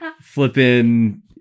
flipping